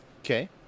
Okay